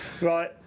Right